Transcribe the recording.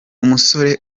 umusore